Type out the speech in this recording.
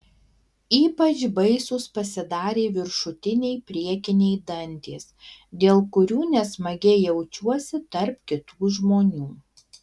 ypač baisūs pasidarė viršutiniai priekiniai dantys dėl kurių nesmagiai jaučiuosi tarp kitų žmonių